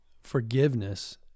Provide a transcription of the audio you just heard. forgiveness